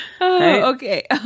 okay